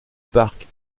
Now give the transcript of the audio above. parc